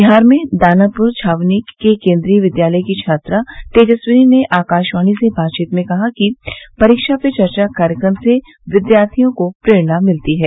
बिहार में दानापुर छावनी के केन्द्रीय विद्यालय की छात्रा तेजस्विनी ने आकाशवाणी में बातचीत में कहा कि परीक्षा पे चर्चा कार्यक्रम से विद्यार्थियों को प्रेरणा मिलती है